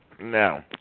No